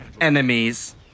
enemies